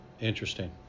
Interesting